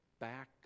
back